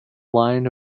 line